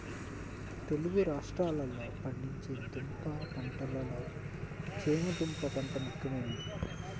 తెలుగు రాష్ట్రాలలో పండించే దుంప పంటలలో చేమ దుంప పంట ముఖ్యమైనది